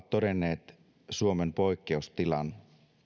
todenneet suomen poikkeustilan